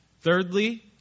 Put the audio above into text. Thirdly